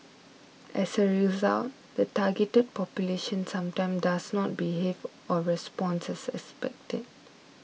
as a result the targeted population sometimes does not behave or responds as expected